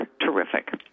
terrific